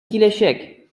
киләчәк